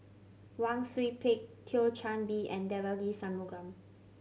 Wang Sui Pick Thio Chan Bee and Devagi Sanmugam